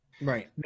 Right